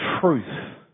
truth